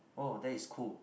oh that is cool